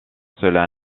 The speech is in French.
cela